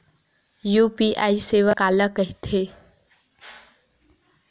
UPI सेवा काला कइथे?